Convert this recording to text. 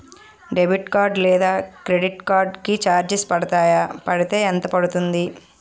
Debit card లేదా credit card కి charges పడతాయా? పడితే ఎంత పడుతుంది?